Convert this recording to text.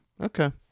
Okay